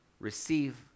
Receive